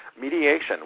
mediation